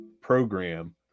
program